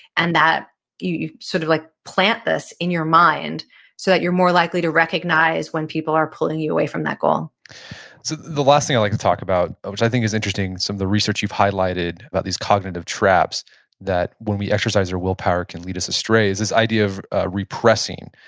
and that you sort of like plant this in your mind so that you're more likely to recognize when people are pulling you away from that goal so the last thing i like to talk about which i think is interesting, some of the research you've highlighted about these cognitive traps that when we exercise our willpower can lead us astray is this idea of repressing.